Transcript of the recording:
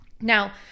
Now